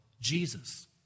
Jesus